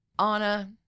Anna